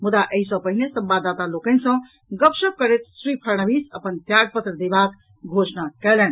मुदा एहि सॅ पहिने संवाददाता लोकनि सॅ गपशप करैत श्री फडणवीस अपन त्याग पत्र देबाक घोषणा कयलनि